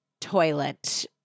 toilet